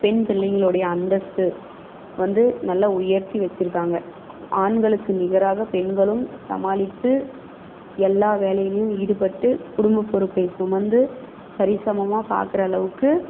பெண் பிள்ளைங்களுடைய அந்தஸ்து வந்து நல்லா உயர்த்தி வைச்சிருக்காங்க ஆண்களுக்கு நிகராக பெண்களும் சமாளித்து எல்லா வேலைலேயும் ஈடுபட்டு குடும்ப பொறுப்பை சுமந்து சரி சமமாக பாக்கிற அளவுக்கு